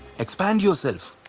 expand yourself.